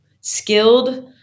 Skilled